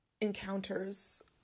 encounters